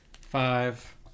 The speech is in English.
five